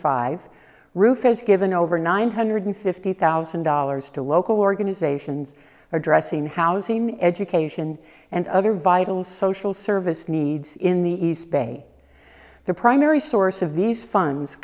five roof has given over nine hundred fifty thousand dollars to local organisations addressing housing education and other vital social service needs in the east bay the primary source of these funds